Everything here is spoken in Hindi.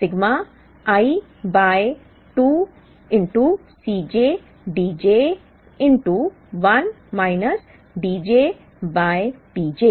sigma i by 2 Cj Dj 1 minus Dj by Pj